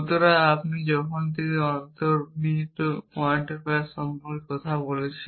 সুতরাং আপনি যখন থেকে অন্তর্নিহিত কোয়ান্টিফায়ার সম্পর্কে কথা বলছেন